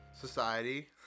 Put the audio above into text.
society